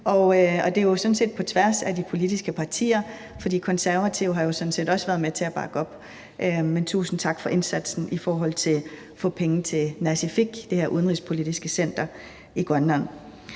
og det er sådan set på tværs af de politiske partier, for Konservative har jo sådan set også været med til at bakke op. Tusind tak for indsatsen i forhold til at få penge til Nasiffik, det her udenrigspolitiske center i Grønland.